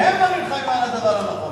והם נלחמים לא על הדבר הנכון.